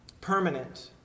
Permanent